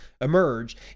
emerge